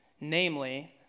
Namely